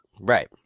Right